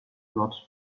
not